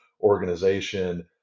organization